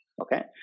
Okay